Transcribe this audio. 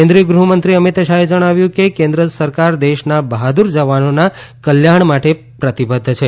કેન્દ્રિય ગૃહમંત્રી અમિત શાહે જણાવ્યું છે કે કેન્દ્ર સરકાર દેશના બહાદુર જવાનોના કલ્યાણ માટે પ્રતિબદ્ધ છે